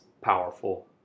powerful